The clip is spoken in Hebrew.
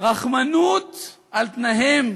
רחמנות על תנאיהם